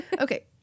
Okay